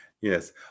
Yes